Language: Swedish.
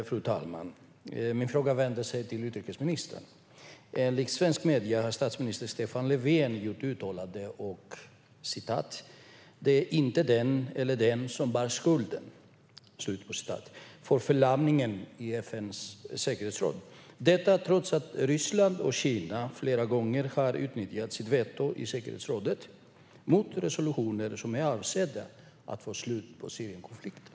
Fru talman! Min fråga vänder sig till utrikesministern. Enligt svenska medier har statsminister Stefan Löfven gjort ett uttalande som lyder: "Det är inte den eller den som bär skulden." Det gäller förlamningen i FN:s säkerhetsråd. Detta sägs trots att Ryssland och Kina flera gånger har utnyttjat sitt veto i säkerhetsrådet mot resolutioner som är avsedda att få ett slut på Syrienkonflikten.